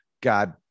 God